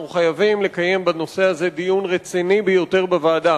אנחנו חייבים לקיים בנושא הזה דיון רציני ביותר בוועדה.